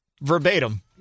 verbatim